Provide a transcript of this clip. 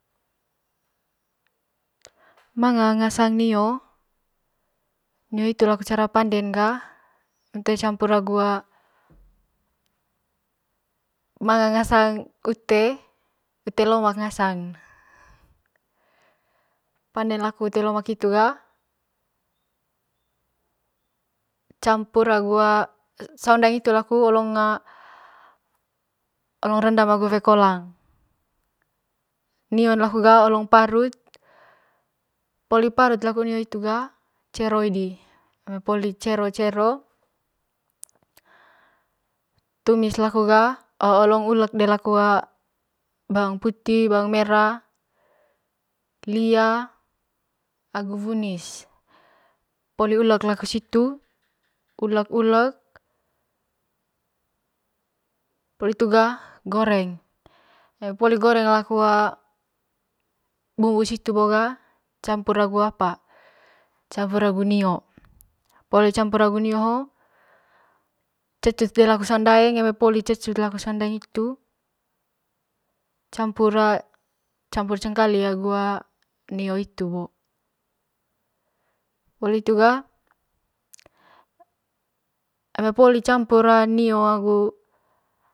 Manga ngasang nio, nio hitu laku cara panden ga eme toe campur agu manga ngasang ute, ute lomak ngasangn panden laku ute lomak hitu ga campur agu. saung daeng hitu laku ngo rendam agu wae kolang nion laku ga olong parut poli parut laku nio hitu ga ceroy di eme poli cero cero tulis laku ga olong ulek di laku bawang puti, bawang mera, lia, agu wunis poli ulek laku situ ulek ulek poli hitu ga goreng eme poli laku bumbu situ bo ga campur agu nio, poli campur agu nio hoo cecut di laku saung daeng eme poli laku cecut saung daeng hitu campur campur cengkali agu nio hitu bo poli hitu ga eme poli campur nio agu.